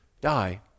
die